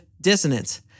dissonance